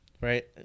right